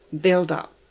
build-up